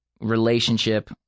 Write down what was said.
relationship